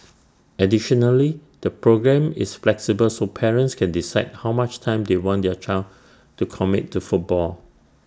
additionally the programme is flexible so parents can decide how much time they want their child to commit to football